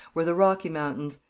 were the rocky mountains.